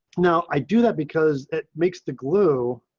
now i do that because it makes the glue